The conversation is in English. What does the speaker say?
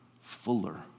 fuller